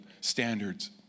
standards